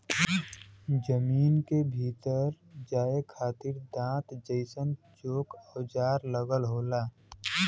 जमीन के भीतर जाये खातिर दांत जइसन चोक औजार लगल होला